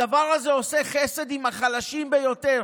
הדבר הזה עושה חסד עם החלשים ביותר,